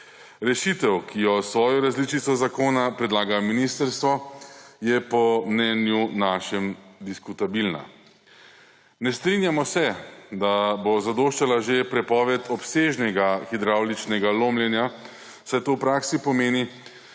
Rešitev, ki jo s svojo različico zakona predlaga ministrstvo, je po našem mnenju diskutabilna. Ne strinjamo se, da bo zadoščala že prepoved obsežnega hidravličnega lomljenja, saj to v praksi pomeni,